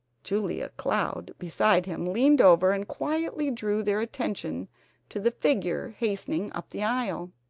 julia cloud beside him leaned over and quietly drew their attention to the figure hastening up the aisle.